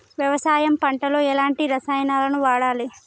వ్యవసాయం పంట లో ఎలాంటి రసాయనాలను వాడాలి?